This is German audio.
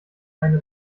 keine